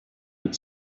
with